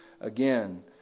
again